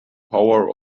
power